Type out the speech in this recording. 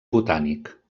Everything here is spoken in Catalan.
botànic